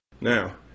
Now